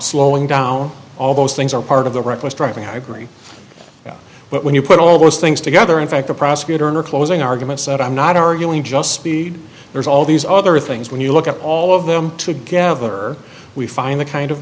slowing down all those things are part of the reckless driving i agree but when you put all those things together in fact the prosecutor in are closing arguments that i'm not arguing just speed there's all these other things when you look at all of them together we find the kind of